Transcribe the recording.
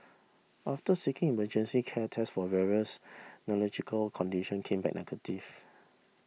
after seeking emergency care tests for various neurological condition came back negative